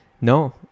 no